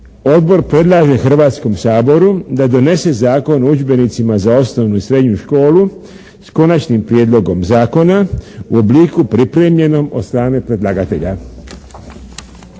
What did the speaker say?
Odbor predlaže Hrvatskom saboru da donese Zakon o udžbenicima za osnovnu i srednju školu s Konačnim prijedlogom zakona u obliku pripremljenom od strane predlagatelja.